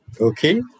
Okay